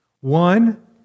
One